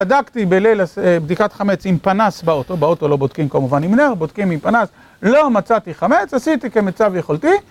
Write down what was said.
בדקתי בליל בדיקת חמץ עם פנס באוטו, באוטו לא בודקים כמובן עם נר, בודקים עם פנס, לא מצאתי חמץ, עשיתי כמיטב יכולתי